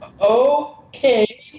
Okay